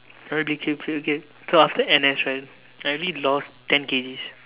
how I became fit so after N_S right I already lost ten K_G